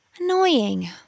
Annoying